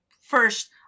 first